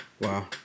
Wow